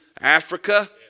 Africa